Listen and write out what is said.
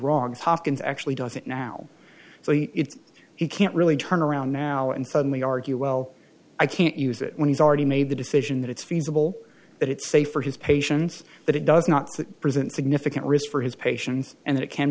wrong hopkins actually does it now so he can't really turn around now and suddenly argue well i can't use it when he's already made the decision that it's feasible that it's safe for his patients that it does not present significant risk for his pay and it can